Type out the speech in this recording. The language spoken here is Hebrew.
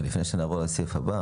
התיקון לסעיף הקטן שקראנו עכשיו,